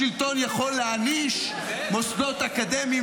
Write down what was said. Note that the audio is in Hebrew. השלטון יכול להעניש מוסדות אקדמיים,